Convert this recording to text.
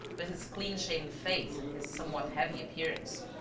with his clean-shaven face and his somewhat heavy appearance,